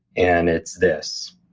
and it's this,